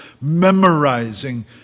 memorizing